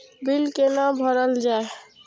Bill कैना भरल जाय?